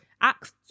acts